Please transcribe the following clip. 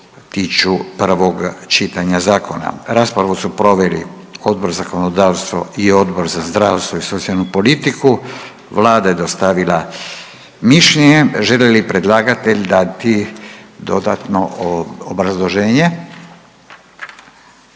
tiču prvog čitanja zakona. Raspravu su proveli Odbor za zakonodavstvo i Odbor za zdravstvo i socijalnu politiku. Vlada je dostavila mišljenje. Želi li predlagatelj dati dodatno obrazloženje?